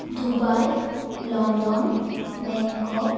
Dubai London Bangkok